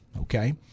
Okay